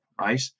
right